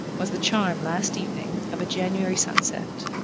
was the charm, last evening, of a january sunset.